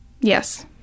yes